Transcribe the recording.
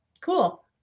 Cool